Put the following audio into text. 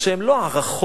שהם לא הערכות,